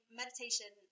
meditation